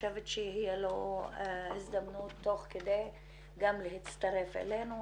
חושבת שתהיה לו הזדמנות תוך כדי גם להצטרף אלינו,